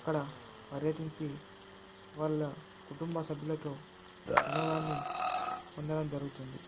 అక్కడ పర్యటించి వాళ్ళ కుటుంబ సభ్యులతో వినోదాన్ని పొందడం జరుగుతుంది